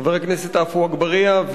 חבר הכנסת עפו אגבאריה,